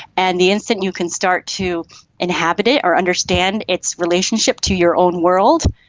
and the instant you can start to inhabit it or understand its relationship to your own world,